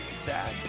sad